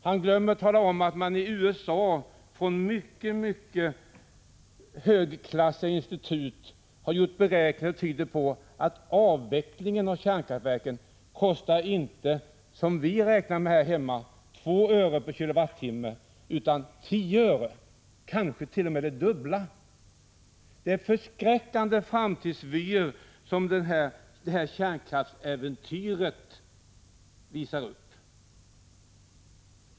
Han glömmer att tala om att man i USA vid mycket högklassiga institut har gjort beräkningar som tyder på att avvecklingen av kärnkraftverken inte kostar, som vi räknar med här hemma, 2 öre per kWh utan 10 öre — kanske t.o.m. dubbelt så mycket. Det är förskräckande framtidsvyer som kärnskraftsäventyret uppvisar.